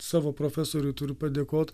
savo profesoriui turiu padėkot